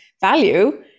value